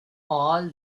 all